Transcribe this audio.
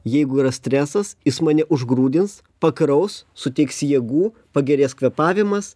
jeigu yra stresas jis mane užgrūdins pakraus suteiks jėgų pagerės kvėpavimas